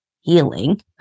healing